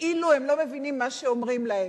כאילו הם לא מבינים מה שאומרים להם,